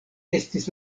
estis